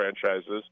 franchises